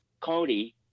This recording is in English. Cody